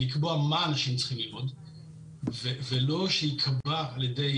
לקבוע מה אנשים צריכים ללמוד ולא שייקבע על ידי